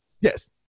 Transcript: Yes